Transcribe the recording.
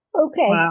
Okay